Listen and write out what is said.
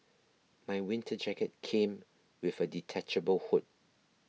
my winter jacket came with a detachable hood